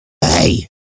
Hey